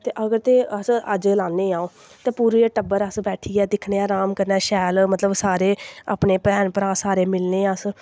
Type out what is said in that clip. ते अगर ते इस अज्ज लान्ने आं ओह् पूरे टब्बर अस दिक्खने आं र्हान कन्नै मतलब शैल सारे अपने भैन भ्राह् मिलने अस दिक्खने